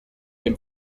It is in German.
dem